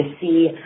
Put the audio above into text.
see